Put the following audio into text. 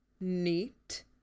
Neat